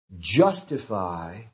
justify